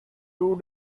two